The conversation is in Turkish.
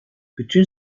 bütün